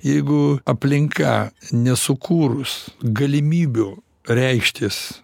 jeigu aplinka nesukūrus galimybių reikštis